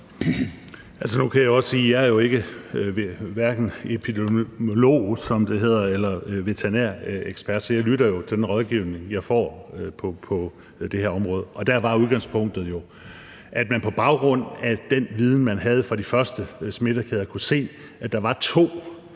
Nu kan jeg godt sige, at jeg jo hverken er epidemiolog, som det hedder, eller veterinærekspert, så jeg lytter til den rådgivning, jeg får på det her område. Der var udgangspunktet jo, at man på baggrund af den viden, man havde fra de første smittekæder, kunne se, at der var to